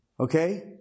Okay